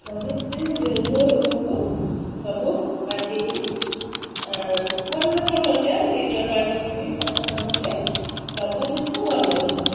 ସ୍ୱାମୀ ସ୍ତ୍ରୀ ଉଭୟ ଉଭୟକୁ ସବୁ ବାଣ୍ଟିକିନି ଘରର ସମସ୍ୟା ଦି ଜଣ ବାଣ୍ଟି କୁଣ୍ଟି ସବୁ ସମ୍ଭାଳିଲେ ସବୁ ଜିନିଷ ଭଲରେ ହବ